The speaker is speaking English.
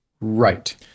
Right